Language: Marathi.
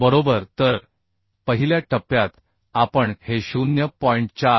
बरोबर तर पहिल्या टप्प्यात आपण हे 0